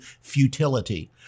futility